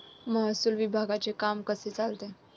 महसूल विभागाचे काम कसे चालते?